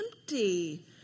empty